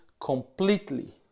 completely